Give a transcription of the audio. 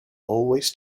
always